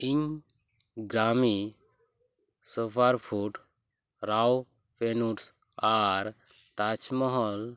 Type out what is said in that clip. ᱤᱧ ᱜᱨᱟᱢᱤ super food ᱨᱟᱣ ᱯᱮᱱᱳᱰᱥ ᱟᱨ ᱛᱟᱡᱽᱢᱚᱦᱚᱞ